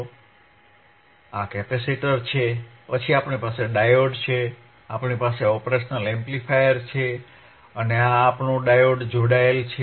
તેથી આ કેપેસિટર છે પછી આપણી પાસે ડાયોડ છે આપણી પાસે ઓપરેશનલ એમ્પ્લીફાયર છે અને આપણો ડાયોડ જોડાયેલ છે